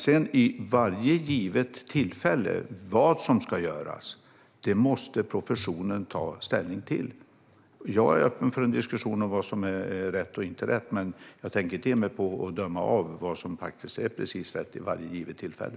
Men vad som ska göras vid varje givet tillfälle måste professionen ta ställning till. Jag är öppen för en diskussion om vad som är rätt eller inte. Men jag tänker inte ge mig på att döma vad som är precis rätt vid varje givet tillfälle.